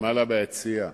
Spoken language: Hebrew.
למעלה ביציע,